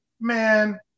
man